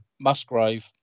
Musgrave